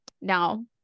now